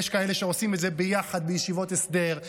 יש כאלה שעושים את זה ביחד בישיבות הסדר,